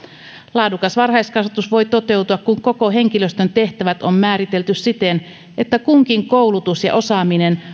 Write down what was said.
laadukas varhaiskasvatus voi toteutua kun koko henkilöstön tehtävät on määritelty siten että kunkin koulutus ja osaaminen